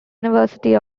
university